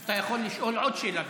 אתה יכול לשאול עוד שאלה.